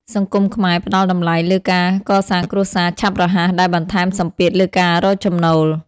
សង្គមខ្មែរផ្តល់តម្លៃលើការកសាងគ្រួសារឆាប់រហ័ស ដែលបន្ថែមសម្ពាធលើការរកចំណូល។